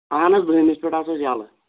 اہن حظ دٔہمِس پٮ۪ٹھ آسو أسۍ ییٚلہٕ